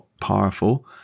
powerful